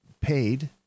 paid